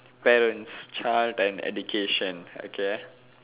parents child and education okay